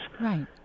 Right